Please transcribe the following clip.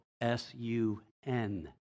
S-U-N